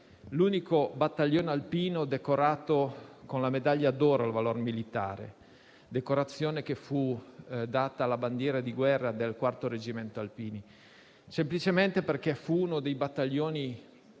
l'unico battaglione alpino decorato con la medaglia d'oro al valor militare, decorazione che fu data alla bandiera di guerra del IV Reggimento alpini semplicemente perché fu uno dei battaglioni